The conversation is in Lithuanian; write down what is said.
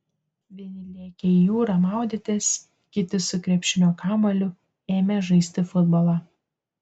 vieni lėkė į jūrą maudytis kiti su krepšinio kamuoliu ėmė žaisti futbolą